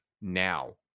now